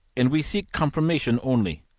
and we seek confirmation only.